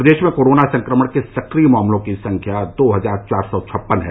प्रदेश में कोरोना संक्रमण के संक्रिय मामलों की संख्या दो हजार चार सौ छप्पन है